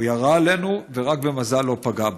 הוא ירה עלינו ורק במזל לא פגע בנו.